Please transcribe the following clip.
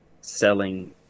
selling